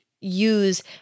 use